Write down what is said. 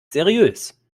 seriös